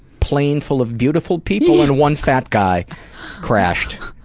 plane full of beautiful people and one fat guy crashed.